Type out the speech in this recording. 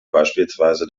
beispielsweise